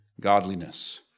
godliness